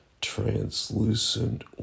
translucent